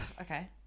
Okay